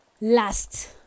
last